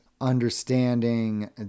understanding